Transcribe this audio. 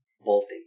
bolting